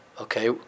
Okay